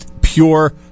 Pure